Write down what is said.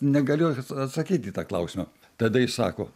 negaliu atsakyt į tą klausimą tada jis sako